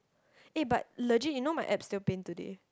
eh but legit you know my abs still pain today